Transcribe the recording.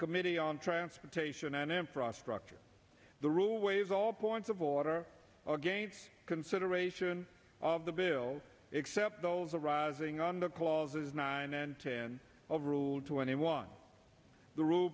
committee on transportation and infrastructure the rule waive all points of order again consider ration of the bill except those arising under clauses nine and ten of rule twenty one the r